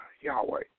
Yahweh